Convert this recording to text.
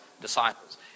disciples